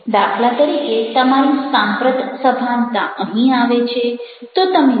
દાખલા તરીકે તમારી સાંપ્રત સભાનતા અહીં આવે છે તો તમે નિપુણ છો